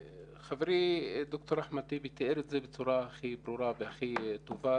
חברי ד"ר אחמד טיבי תיאר את זה בצורה הכי ברורה והכי טובה,